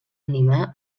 animar